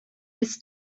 this